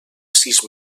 sis